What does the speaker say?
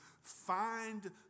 find